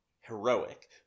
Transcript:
heroic